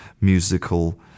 musical